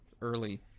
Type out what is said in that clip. early